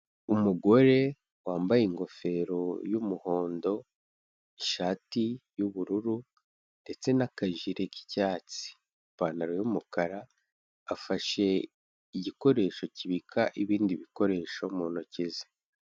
Umugore wambaye ingofero y'umuhondo, ishati y'ubururu ndetse n'akajire k'icyatsi, ipantaro y'umukara, afashe igikoresho kibika ibindi bikoresho mu ntoki ze.